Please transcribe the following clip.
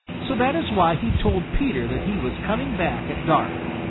so that is why he told peter that he was coming back at dark.